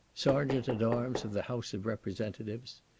sergeant at arms of the house of representatives.